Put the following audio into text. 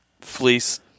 fleece